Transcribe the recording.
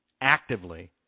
actively